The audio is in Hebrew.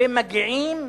ומגיעים,